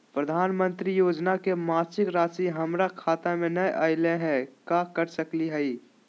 प्रधानमंत्री योजना के मासिक रासि हमरा खाता में नई आइलई हई, का कर सकली हई?